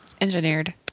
Engineered